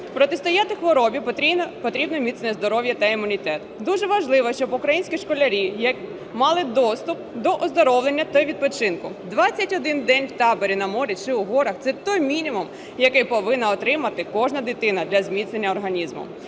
протистояти хворобі, потрібне місце здоров'я та імунітет. Дуже важливо, щоб українські школярі мали доступ до оздоровлення та відпочинку. 21 день в таборі на морі чи у горах – це той мінімум, який повинна отримати кожна дитина для зміцнення організму.